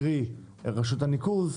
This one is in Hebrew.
קרי רשות הניקוז,